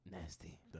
Nasty